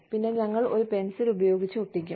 പിന്നെ ഞങ്ങൾ ഒരു പെൻസിൽ ഉപയോഗിച്ച് ഒട്ടിക്കും